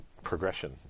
progression